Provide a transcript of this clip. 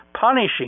punishing